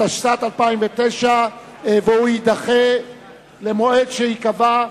התשס"ט 2009. הצעת החוק תידחה למועד שייקבע.